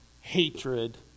hatred